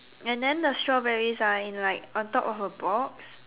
and then the strawberries are in like on top of a box